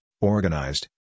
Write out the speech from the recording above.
organized